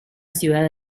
ciudad